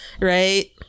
Right